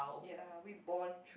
ya we bond